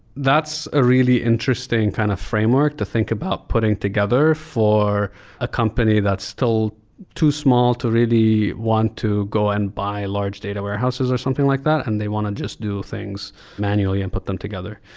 that's a really interesting kind of framework to think about putting together for a company that's still too small to really want to go and buy large data warehouses or something like that and they want to just do things manually and put them together.